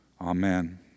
Amen